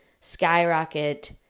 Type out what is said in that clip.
skyrocket